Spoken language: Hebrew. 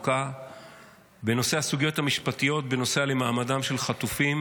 בנושא הסוגיות המשפטיות בנוגע למעמדם של חטופים